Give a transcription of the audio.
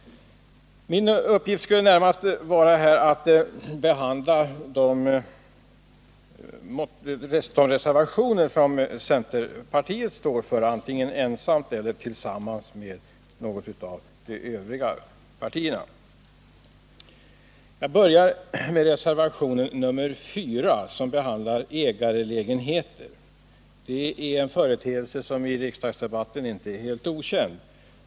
Min uppgift här skulle närmast vara att behandla de reservationer som centerpartiet står för, antingen ensamt eller tillsammans med något av de övriga partierna. Jag börjar med reservationen 4, som behandlar frågan om ägarlägenheter. Det är en företeelse som i riksdagsdebatten inte är helt okänd.